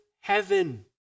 heaven